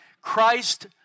Christ